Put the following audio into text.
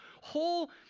whole